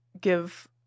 give